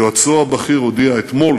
יועצו הבכיר הודיע אתמול